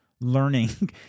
learning